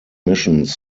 missions